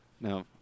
Now